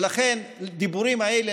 ולכן הדיבורים האלה,